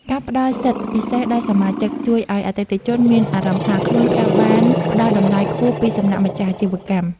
ការផ្តល់សិទ្ធិពិសេសដល់សមាជិកជួយឱ្យអតិថិជនមានអារម្មណ៍ថា ខ្លួនត្រូវបានផ្តល់តម្លៃខ្ពស់ពីសំណាក់ម្ចាស់អាជីវកម្ម។